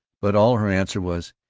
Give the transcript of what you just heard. but all her answer was,